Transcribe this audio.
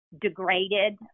degraded